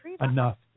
enough